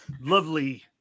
lovely